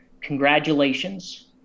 congratulations